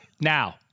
now